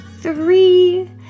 three